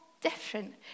different